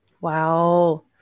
Wow